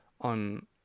on